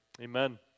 amen